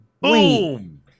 Boom